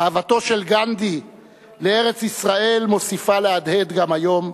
אהבתו של גנדי לארץ-ישראל מוסיפה להדהד גם היום,